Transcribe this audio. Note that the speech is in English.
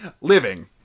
Living